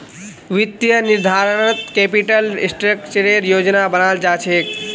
वित्तीय निर्धारणत कैपिटल स्ट्रक्चरेर योजना बनाल जा छेक